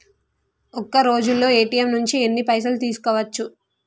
ఒక్కరోజులో ఏ.టి.ఎమ్ నుంచి ఎన్ని పైసలు తీసుకోవచ్చు?